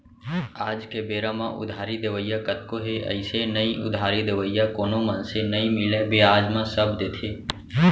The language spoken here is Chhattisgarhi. आज के बेरा म उधारी देवइया कतको हे अइसे नइ उधारी देवइया कोनो मनसे नइ मिलय बियाज म सब देथे